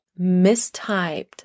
mistyped